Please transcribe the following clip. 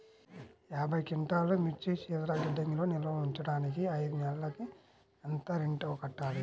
యాభై క్వింటాల్లు మిర్చి శీతల గిడ్డంగిలో నిల్వ ఉంచటానికి ఐదు నెలలకి ఎంత రెంట్ కట్టాలి?